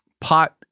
pot